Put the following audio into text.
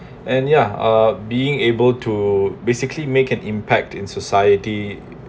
and ya uh being able to basically make an impact in society